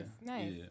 Nice